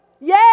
Yay